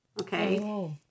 Okay